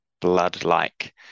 blood-like